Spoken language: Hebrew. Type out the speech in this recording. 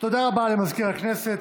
תודה רבה למזכיר הכנסת.